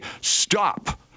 stop